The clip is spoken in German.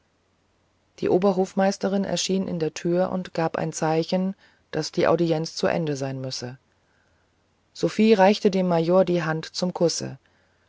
die oberhofmeisterin erschien in der türe und gab ein zeichen daß die audienz zu ende sein müsse sophie reichte dem major die hand zum kusse